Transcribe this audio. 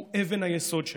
הוא אבן היסוד שלה.